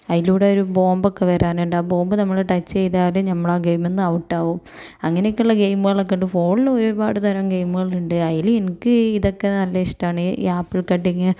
അതിലൂടെ ഒരു ബോംബൊക്കെ വരാനുണ്ട് ആ ബോംബ് നമ്മള് ടച്ച് ചെയ്താല് നമ്മളാ ഗെയിമ്ന്ന് ഔട്ടാവും അങ്ങനെയൊക്കെയുള്ള ഗെയിമുകളൊക്കെ ഉണ്ട് ഫോണില് ഒരുപാടുതരം ഗെയിമുകളുണ്ട് അതില് എനക്ക് ഇതൊക്കെ നല്ല ഇഷ്ടമാണ് ഈ ആപ്പിൾ കട്ടിങ്